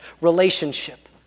relationship